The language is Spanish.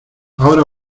ahora